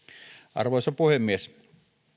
arvoisa puhemies